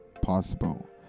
possible